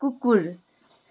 कुकुर